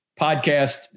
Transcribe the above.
podcast